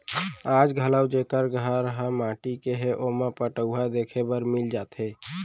आज घलौ जेकर घर ह माटी के हे ओमा पटउहां देखे बर मिल जाथे